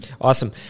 Awesome